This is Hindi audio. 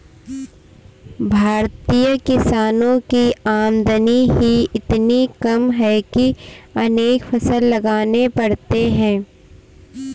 भारतीय किसानों की आमदनी ही इतनी कम है कि अनेक फसल लगाने पड़ते हैं